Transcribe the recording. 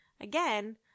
again